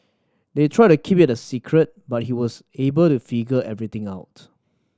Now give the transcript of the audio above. they tried to keep it a secret but he was able to figure everything out